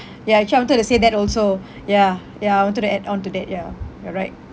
ya actually I wanted to say that also ya ya I wanted to add on to that ya you're right